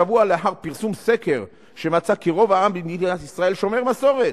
שבוע לאחר פרסום סקר שמצא כי רוב העם במדינת ישראל שומר מסורת,